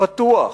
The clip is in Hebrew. פתוח,